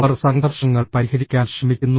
അവർ സംഘർഷങ്ങൾ പരിഹരിക്കാൻ ശ്രമിക്കുന്നു